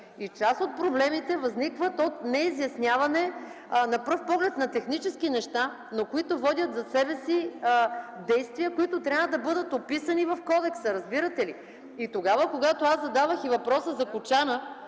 И част от проблемите възникват от неизясняване на пръв поглед на технически неща, но които водят след себе си действия, които трябва да бъдат описани в кодекса. Разбирате ли? И тогава, когато аз задавах въпроса за кочана,